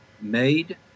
made